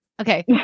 okay